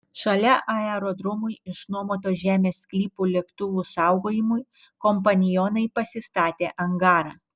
šalia aerodromui išnuomoto žemės sklypo lėktuvų saugojimui kompanionai pasistatė angarą